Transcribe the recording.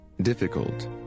Difficult